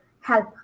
help